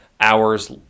hours